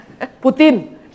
Putin